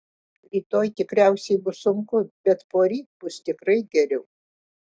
rytoj tikriausiai bus sunku bet poryt bus tikrai geriau